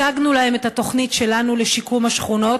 הצגנו להם את התוכנית שלנו לשיקום השכונות.